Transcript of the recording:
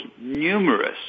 numerous